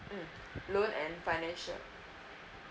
mm loan and financial